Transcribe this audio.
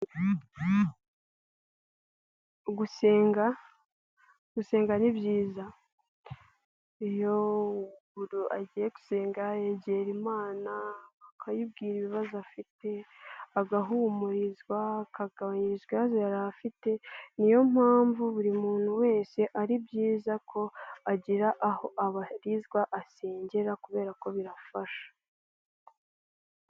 Gusenga, gusenga ni byiza, iyo umuntu agiye gusenga yegera imana, akayibwira ibibazo afite, agahumurizwa kagabanyi ibibazo yari afite, niyo mpamvu buri muntu wese ari byiza ko agira aho abarizwa asengera kubera ko birafasha.